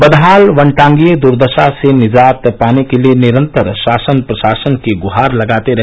बदहाल वनटांगिए दर्दशा से निजात पाने के लिए निरंतर शासन प्रशासन की गहार लगाते रहे